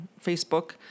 Facebook